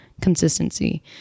consistency